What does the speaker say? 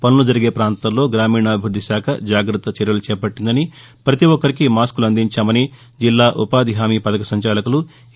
పనులు జరిగే ప్రాంతాల్లో గ్రామీణాభివృద్ది శాఖ జాగ్రత్త చర్యలు చేపట్టిందని ప్రతి ఒక్కరికి మాస్కులు అందించామని జిల్లా ఉపాధి హామీ పథక సంచాకులు ఎ